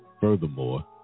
Furthermore